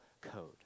code